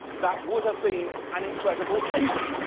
that would've been an incredible season.